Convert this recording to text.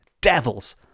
devils